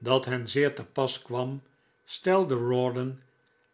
dat hen zeer te pas kwam stelden rawdon